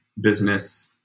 business